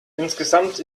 insgesamt